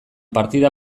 partida